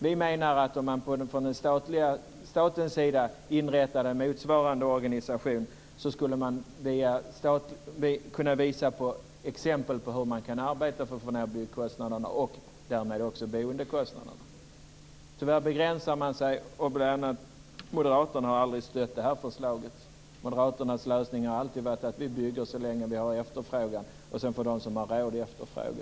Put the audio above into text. Vi menar att om man från statens sida inrättade en motsvarande organisation skulle man kunna visa exempel på hur man kan arbeta för att få ned byggkostnaderna och därmed också boendekostnaderna. Tyvärr begränsar man sig. Moderaterna har aldrig stött det här förslaget. Moderaternas lösning har alltid varit att bygga så länge det finns efterfrågan, och sedan får de som har råd efterfråga.